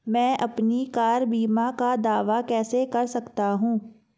मैं अपनी कार बीमा का दावा कैसे कर सकता हूं?